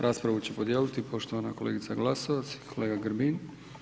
Raspravu će podijeli poštovana kolegica Glasova i kolega Grbin.